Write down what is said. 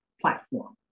platform